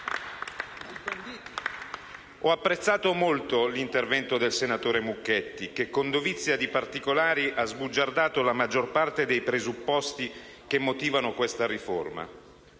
Ho apprezzato molto l'intervento del senatore Mucchetti, che con dovizia di particolari ha sbugiardato la maggior parte dei presupposti che motivano questa riforma.